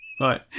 right